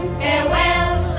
farewell